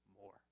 more